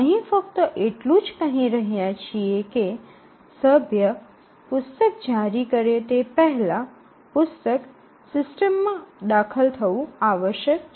અહીં આપણે ફક્ત એટલું જ કહી રહ્યા છીએ કે સભ્ય પુસ્તક જારી કરી શકે તે પહેલાં પુસ્તક સિસ્ટમમાં દાખલ થવું આવશ્યક છે